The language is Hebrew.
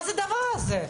מה הדבר הזה?